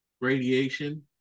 radiation